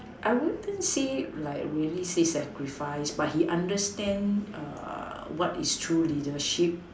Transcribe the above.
I wouldn't say like really say sacrifice but he understand what is true leadership